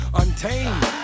untamed